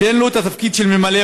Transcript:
תן לו את התפקיד של ממלא-מקום.